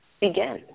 begin